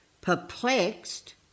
perplexed